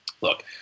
look